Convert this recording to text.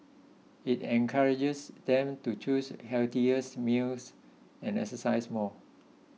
it encourages them to choose healthier meals and exercise more